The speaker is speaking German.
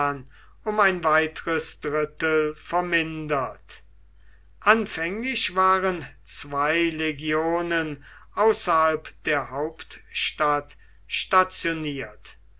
um ein weiteres drittel vermindert anfänglich waren zwei legionen außerhalb der hauptstadt stationiert